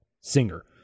singer